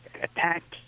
attacks